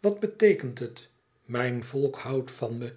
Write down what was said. wat beteekent het mijn volk houdt van me